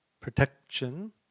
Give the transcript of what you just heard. protection